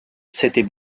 c’était